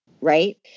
right